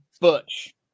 Butch